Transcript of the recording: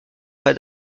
pas